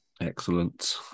Excellent